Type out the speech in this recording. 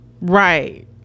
right